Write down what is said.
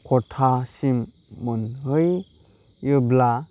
खथासिम मोनहैयोब्ला